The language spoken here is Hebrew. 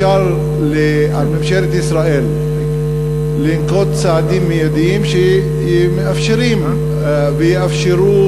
על ממשלת ישראל לנקוט צעדים מיידיים שמאפשרים ויאפשרו